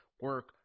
Work